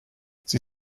sie